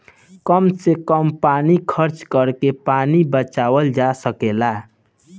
कम से कम पानी खर्चा करके पानी बचावल जा सकेला